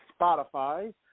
Spotify